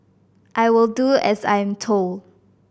I will do as I'm told